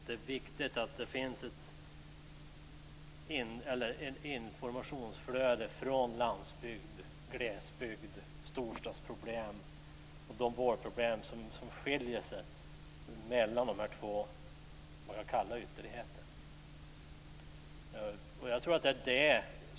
Det är viktigt att det finns ett informationsflöde mellan landsbygd och storstad när det gäller de vårdproblem som skiljer dessa, vad jag kallar, två ytterligheter åt.